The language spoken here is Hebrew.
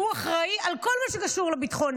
שהוא אחראי על כל מה שקשור לביטחוניים,